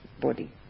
body